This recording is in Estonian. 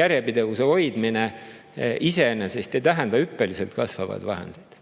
Järjepidevuse hoidmine iseenesest ei tähenda hüppeliselt kasvavaid vahendeid.